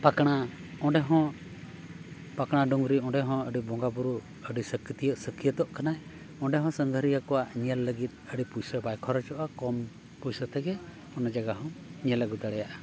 ᱯᱟᱠᱲᱟ ᱚᱸᱰᱮ ᱦᱚᱸ ᱯᱟᱠᱲᱟ ᱰᱩᱝᱨᱤ ᱚᱸᱰᱮ ᱦᱚᱸ ᱟᱹᱰᱤ ᱵᱚᱸᱜᱟᱼᱵᱩᱨᱩ ᱟᱹᱰᱤ ᱥᱟᱹᱠᱷᱭᱟᱹᱛᱚᱜ ᱠᱟᱱᱟᱭ ᱚᱸᱰᱮ ᱦᱚᱸ ᱥᱟᱸᱜᱷᱟᱨᱤᱭᱟᱹ ᱠᱚᱣᱟᱜ ᱧᱮᱞ ᱞᱟᱹᱜᱤᱫ ᱟᱹᱰᱤ ᱯᱩᱭᱥᱟᱹ ᱵᱟᱭ ᱠᱷᱚᱨᱚᱪᱚᱜᱼᱟ ᱠᱚᱢ ᱯᱩᱭᱥᱟᱹ ᱛᱮᱜᱮ ᱚᱱᱟ ᱡᱟᱭᱜᱟ ᱦᱚᱢ ᱧᱮᱞ ᱟᱹᱜᱩ ᱫᱟᱲᱮᱭᱟᱜᱼᱟ